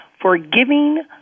forgiving